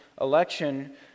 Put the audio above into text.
election